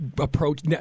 Approach